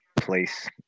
place